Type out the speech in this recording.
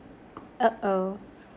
oh oh